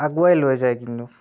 আগুৱাই লৈ যায় কিন্তু